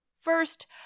First